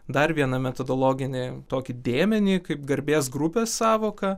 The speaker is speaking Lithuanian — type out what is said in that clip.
dar vieną metodologinį tokį dėmenį kaip garbės grupės sąvoka